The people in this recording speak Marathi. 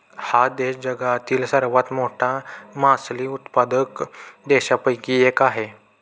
हा देश जगातील सर्वात मोठा मासळी उत्पादक देशांपैकी एक आहे